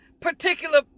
particular